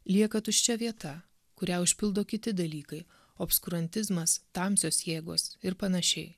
lieka tuščia vieta kurią užpildo kiti dalykai obskurantizmas tamsios jėgos ir panašiai